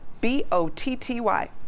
B-O-T-T-Y